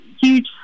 huge